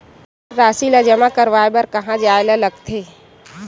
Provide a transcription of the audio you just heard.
राशि ला जमा करवाय बर कहां जाए ला लगथे